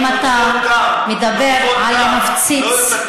אם אתה מדבר על להפציץ,